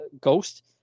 ghost